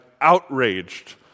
outraged